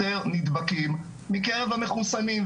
יותר נדבקים מקרב המחוסנים,